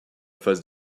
phase